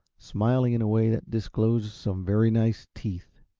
smiling in a way that disclosed some very nice teeth.